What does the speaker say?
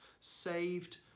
saved